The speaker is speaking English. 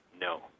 No